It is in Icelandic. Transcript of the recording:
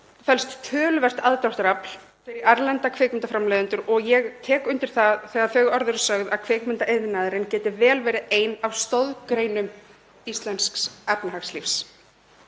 felst töluvert aðdráttarafl fyrir erlenda kvikmyndaframleiðendur og ég tek undir það þegar þau orð eru sögð að kvikmyndaiðnaðurinn geti vel verið ein af stoðgreinum íslensks efnahagslífs.